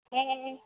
ᱦᱮᱸ